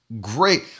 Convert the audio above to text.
great